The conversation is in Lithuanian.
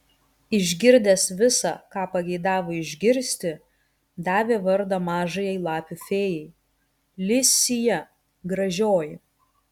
išgirdęs visa ką pageidavo išgirsti davė vardą mažajai lapių fėjai li sija gražioji